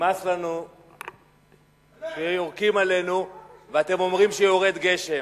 נמאס לנו שיורקים עלינו ואתם אומרים שיורד גשם.